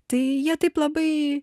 tai jie taip labai